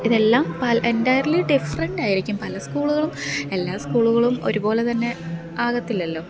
ഇതെല്ലാം എന്റയര്ലി ഡിഫ്രന്റ്റായിരിക്കും പല സ്കൂളുകളും എല്ലാ സ്കൂളുകളും ഒരുപോലെതന്നെ ആകത്തില്ലല്ലോ